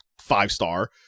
five-star